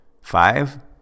Five